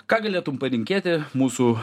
ką galėtum palinkėti mūsų